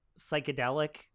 psychedelic